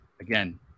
again